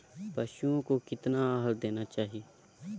पशुओं को कितना आहार देना चाहि?